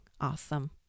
awesome